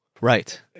Right